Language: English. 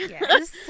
Yes